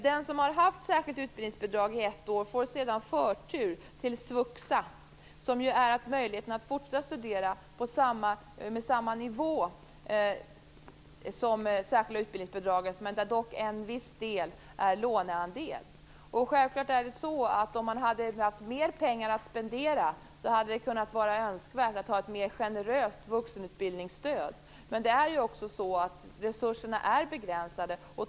Den som har haft särskilt utbildningsbidrag i ett år får sedan förtur till svuxa, som ju ger möjlighet att fortsätta studera med samma ersättningsnivå som det särskilda utbildningsbidraget. En viss del är dock en lånedel. Om vi hade haft mer pengar att spendera hade det självklart kunnat vara önskvärt att ha ett mer generöst vuxenutbildningsstöd, men resurserna är ju begränsade.